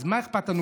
אז מה אכפת לנו?